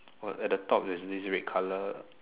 uh at the top there's this red colour